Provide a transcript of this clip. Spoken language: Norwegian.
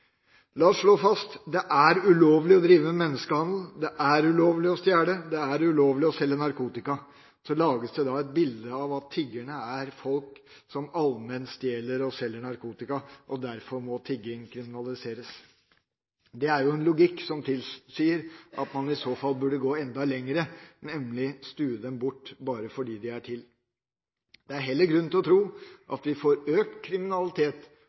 La oss slå fast: Det er ulovlig å drive menneskehandel. Det er ulovlig å stjele. Det er ulovlig å selge narkotika. Så lages det et bilde av at tiggerne er folk som allment stjeler og selger narkotika, og derfor må tigging kriminaliseres. Det er jo en logikk som tilsier at man i så fall burde gå enda lenger, nemlig stue dem bort bare fordi de er til. Det er heller grunn til å tro at vi får økt kriminalitet